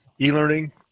e-learning